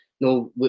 No